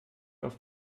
auf